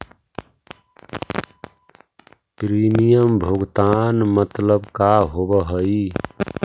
Premium भुगतान मतलब का होव हइ?